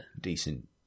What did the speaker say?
decent